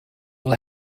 will